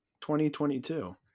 2022